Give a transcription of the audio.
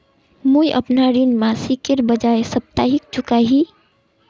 मुईअपना ऋण मासिकेर बजाय साप्ताहिक चुका ही